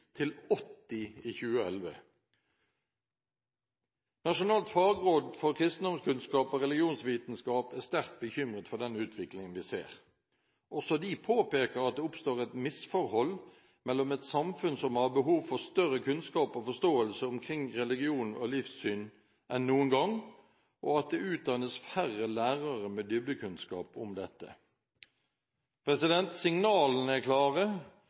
til 80 i 2011. Nasjonalt fagråd for kristendomskunnskap og religionsvitenskap er sterkt bekymret for den utviklingen vi ser. Også de påpeker at det oppstår et misforhold mellom et samfunn som har behov for større kunnskap og forståelse omkring religion og livssyn enn noen gang, og det at det utdannes færre lærere med dybdekunnskap om dette. Signalene er klare,